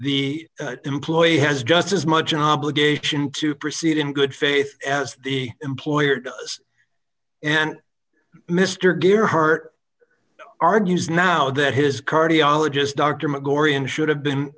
the employee has just as much obligation to proceed in good faith as the employer does and mr gearhart argues now that his cardiologist dr mcgorry and should have been